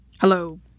Hello